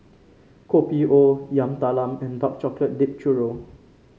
Kopi O Yam Talam and Dark Chocolate Dipped Churro